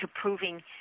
proving